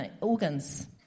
organs